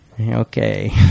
Okay